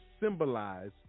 symbolize